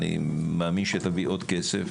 אני מאמין שתביא עוד כסף.